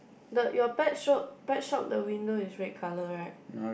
the your bag shop bag shop the window is red colour right